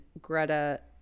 Greta